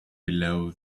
below